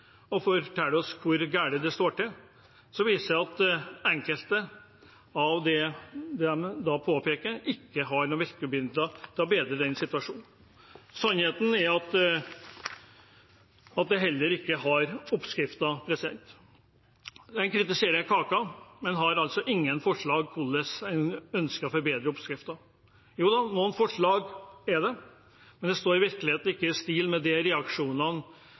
og forteller oss hvor galt det står til, har ikke noen virkemidler til å bedre den situasjonen. Sannheten er at de heller ikke har oppskriften. De kritiserer altså kaka, men har ingen forslag til hvordan man ønsker å forbedre oppskriften. Joda, noen forslag er det, men det står i virkeligheten ikke i stil med de reaksjonene